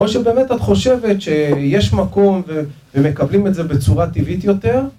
או שבאמת את חושבת שיש מקום ומקבלים את זה בצורה טבעית יותר?